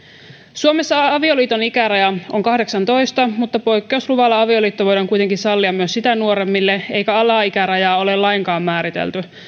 suomessa avioliiton ikäraja on kahdeksantoista mutta poikkeusluvalla avioliitto voidaan kuitenkin sallia myös sitä nuoremmille eikä alaikärajaa ole lainkaan määritelty